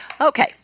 Okay